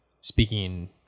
speaking